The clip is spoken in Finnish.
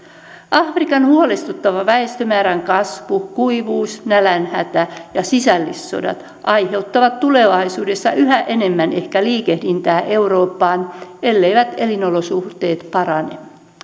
afrikan huolestuttava väestömäärän kasvu kuivuus nälänhätä ja sisällissodat aiheuttavat tulevaisuudessa ehkä yhä enemmän liikehdintää eurooppaan elleivät elinolosuhteet parane